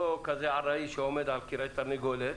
לא כזה ארעי שעומד על קרעי תרנגולת,